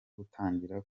gutangira